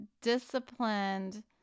disciplined